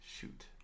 Shoot